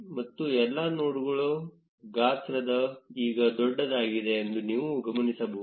ಮತ್ತು ಎಲ್ಲಾ ನೋಡ್ಗಳ ಗಾತ್ರವು ಈಗ ದೊಡ್ಡದಾಗಿದೆ ಎಂದು ನೀವು ಗಮನಿಸಬಹುದು